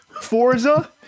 forza